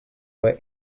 were